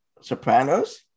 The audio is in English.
Sopranos